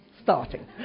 starting